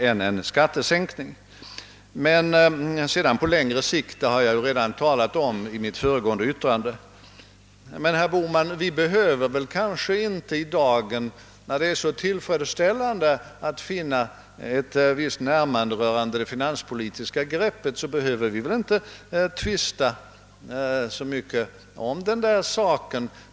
Detta har jag talat om redan i mitt föregående yttrande. Vi behöver kanske inte i dag, herr Bohman, när det är så tillfredsställande att kunna konstatera ett visst närmande rörande det finanspolitiska greppet, tvista så mycket mer om denna sak.